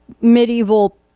medieval